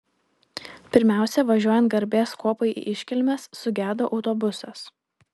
pirmiausia važiuojant garbės kuopai į iškilmes sugedo autobusas